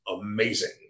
amazing